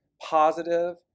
positive